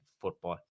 football